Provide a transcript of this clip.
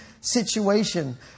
situation